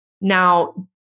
Now